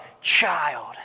child